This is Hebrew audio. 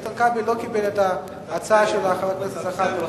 איתן כבל לא קיבל את ההצעה של חבר הכנסת זחאלקה,